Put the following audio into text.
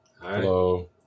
Hello